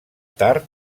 tard